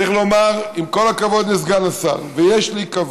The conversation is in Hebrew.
צריך לומר, עם כל הכבוד לסגן השר, ויש לי כבוד,